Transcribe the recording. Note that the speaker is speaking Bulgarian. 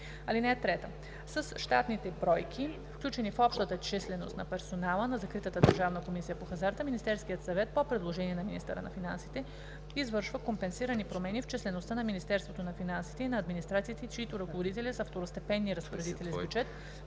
служител. (3) С щатните бройки, включени в общата численост на персонала на закритата Държавна комисия по хазарта, Министерският съвет, по предложение на министъра на финансите, извършва компенсирани промени в числеността на Министерството на финансите и на администрациите, чиито ръководители са второстепенни разпоредители с бюджет